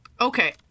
Okay